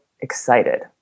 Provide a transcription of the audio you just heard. excited